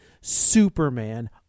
Superman